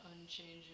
unchanging